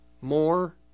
More